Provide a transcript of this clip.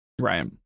Right